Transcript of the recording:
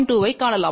2 ஐக் காணலாம்